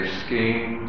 scheme